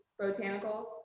Botanicals